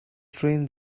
train